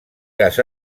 cas